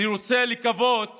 אני רוצה לקוות